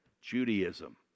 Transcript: Judaism